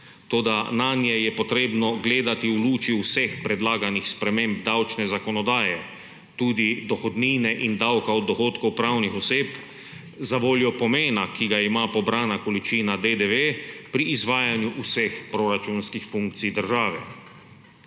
toda nanje je potrebno gledati v luči vseh predlaganih sprememb davčne zakonodaje, tudi dohodnine in davka od dohodkov pravnih oseb, zavoljo pomena, ki ga ima pobrana količina DDV pri izvajanju vseh proračunskih funkcij države.